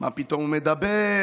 מה פתאום הוא מדבר?